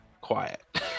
quiet